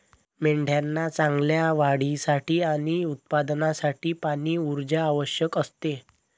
मेंढ्यांना चांगल्या वाढीसाठी आणि उत्पादनासाठी पाणी, ऊर्जा आवश्यक असते